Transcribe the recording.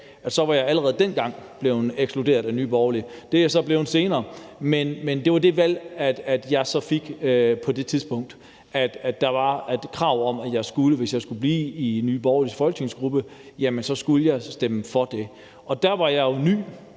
ja, var jeg allerede dengang blevet ekskluderet af Nye Borgerlige. Det er jeg så blevet senere, men det var så det valg, jeg fik på det tidspunkt. Altså, der var et krav om, at hvis jeg skulle blive i Nye Borgerliges folketingsgruppe, skulle jeg stemme for det. Der var jeg jo ny